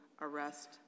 arrest